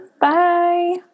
Bye